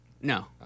No